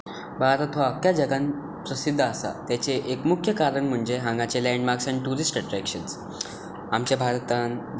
भारत हो आख्ख्या जगांत प्रसिध्द आसा ताचें एक मुख्य कारण म्हणचें हांगाचें लैंडमार्क्स आनी ट्युरिस्ट अट्रॅकशन्स आमचे भारतांत